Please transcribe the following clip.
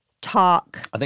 talk